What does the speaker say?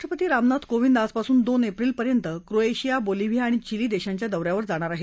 राष्ट्रपती रामनाथ कोविंद आजपासून दोन एप्रिलपर्यंत क्रोएशिया बोलिव्हिया आणि चिली देशांच्या दौऱ्यावर जाणार आहेत